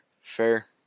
fair